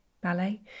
ballet